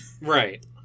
Right